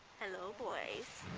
hello, boys.